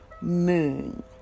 moon